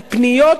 פניות,